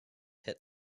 hit